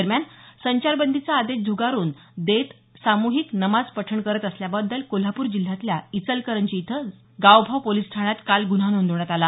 दरम्यान संचार बंदीचा आदेश झुगारून देत सामुहिक नमाज पठण करत असल्याबद्दल कोल्हापूर जिल्ह्यातल्या इचलकरंजी इथं जणांविरुद्ध गावभाग पोलिस ठाण्यात काल ग्न्हा नोंदवण्यात आला